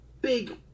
Big